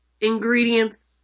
ingredients